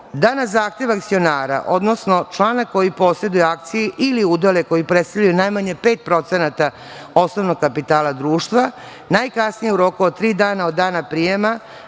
da na zahtev akcionara, odnosno člana koji poseduje akcije ili udele koji predstavljaju najmanje pet procenata osnovnog kapitala društva, najkasnije u roku od tri dana, od dana prijema